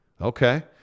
Okay